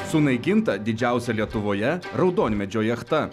sunaikinta didžiausia lietuvoje raudonmedžio jachta